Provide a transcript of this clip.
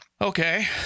okay